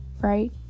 right